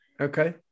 okay